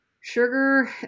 Sugar